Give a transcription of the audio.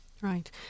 Right